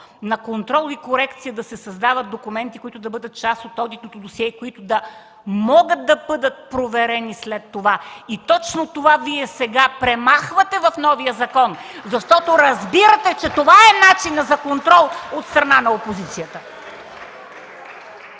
на контрол и корекция да се създават документи, които да бъдат част от одитното досие, които да могат да бъдат проверени след това, и точно това Вие сега премахвате в новия закон, защото разбирате, че това е начинът за контрол от страна на опозицията.